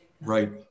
Right